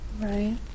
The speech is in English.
right